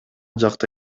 жакта